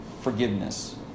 forgiveness